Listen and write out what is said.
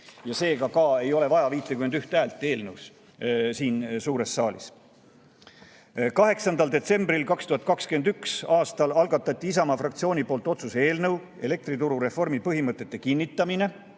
ja seega ka ei ole vaja 51 häält eelnõule siin suures saalis. 8. detsembril 2021. aastal algatas Isamaa fraktsioon otsuse eelnõu "Elektrituru reformi põhimõtete kinnitamine",